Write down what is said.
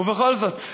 ובכל זאת,